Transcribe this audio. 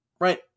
right